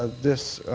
this